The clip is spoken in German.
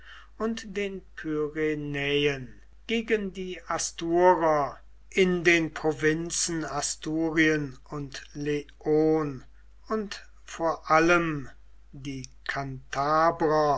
und den pyrenäen gegen die asturer in den provinzen asturien und leon und vor allem die